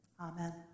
amen